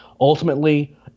ultimately